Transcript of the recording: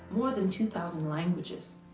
more than two thousand languages.